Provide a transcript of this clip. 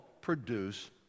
produce